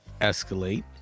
escalate